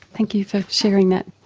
thank you for sharing that.